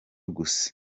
gusa